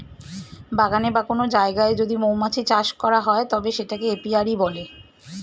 বাগানে বা কোন জায়গায় যদি মৌমাছি চাষ করা হয় তবে সেটাকে এপিয়ারী বলে